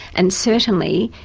and certainly,